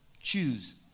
choose